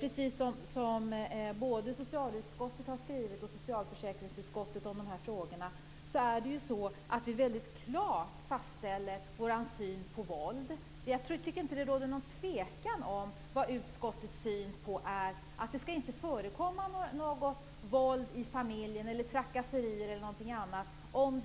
Precis som både socialutskottet och socialförsäkringsutskottet har skrivit om de här frågorna fastställer vi mycket klart vår syn på våld. Jag tycker inte att det råder någon tvekan om vad utskottets syn är när det gäller att det inte skall förekomma något våld eller trakasserier i familjen om